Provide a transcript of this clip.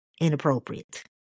inappropriate